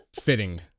fitting